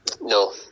no